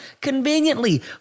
conveniently